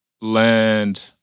land